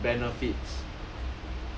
benefits